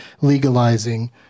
legalizing